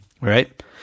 right